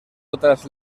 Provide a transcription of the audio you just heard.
otras